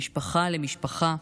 ממשפחה למשפחה.